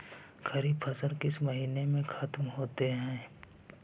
खरिफ फसल किस महीने में ख़त्म होते हैं?